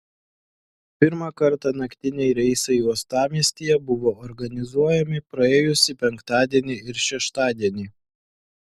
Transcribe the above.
pirmą kartą naktiniai reisai uostamiestyje buvo organizuojami praėjusį penktadienį ir šeštadienį